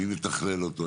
מי מתכלל אותו,